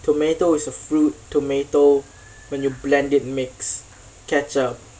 tomato is a fruit tomato when you blend it makes ketchup